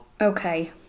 okay